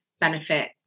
benefit